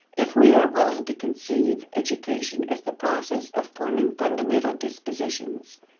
if we are willing to conceive education as the process of forming fundamental dispositions,